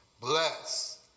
Bless